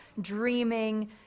dreaming